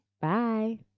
Bye